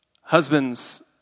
Husbands